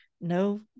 no